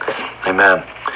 Amen